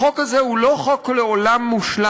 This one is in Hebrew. החוק הזה הוא לא חוק לעולם מושלם.